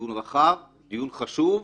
רחב, חשוב,